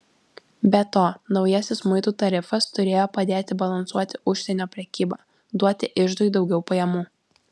be to naujasis muitų tarifas turėjo padėti balansuoti užsienio prekybą duoti iždui daugiau pajamų